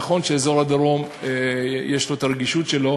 נכון שלאזור הדרום יש הרגישות שלו.